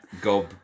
gob